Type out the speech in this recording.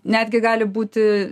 netgi gali būti